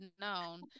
known